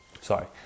sorry